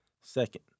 second